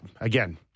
again